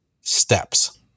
steps